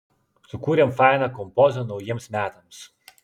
sukūrėm fainą kompozą naujiems metams